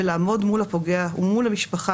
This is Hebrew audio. ולעמוד מול הפוגע ומול המשפחה,